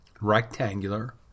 rectangular